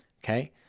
Okay